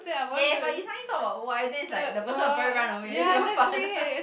ya but you suddenly talk about wife then it's like the person will probably run away even farther